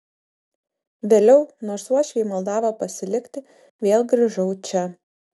vėliau nors uošviai maldavo pasilikti vėl grįžau čia